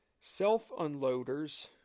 Self-unloaders